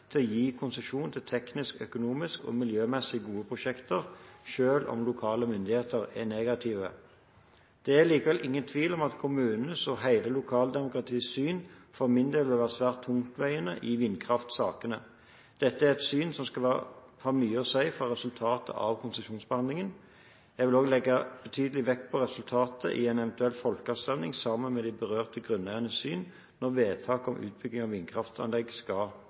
til å gi konsesjon til teknisk-økonomisk og miljømessig gode prosjekter, selv om lokale myndigheter er negative. Det er likevel ingen tvil om at kommunenes og hele lokaldemokratiets syn for min del vil være svært tungtveiende i vindkraftsakene. Dette er et syn som skal ha mye å si for resultatet av konsesjonsbehandlingen. Jeg vil også legge betydelig vekt på resultatet i en eventuell folkeavstemning – sammen med de berørte grunneiernes syn – når vedtak om utbygging av vindkraftanlegg skal